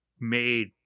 made